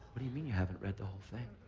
what do you mean you haven't read the whole thing?